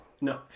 No